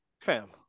Fam